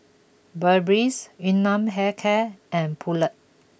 Burberry Yun Nam Hair Care and Poulet